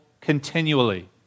continually